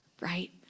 right